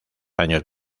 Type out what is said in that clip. años